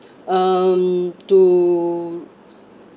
um to